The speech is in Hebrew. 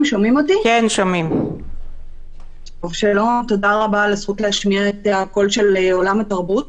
תודה רבה על הזכות להשמיע את הקול של עולם התרבות.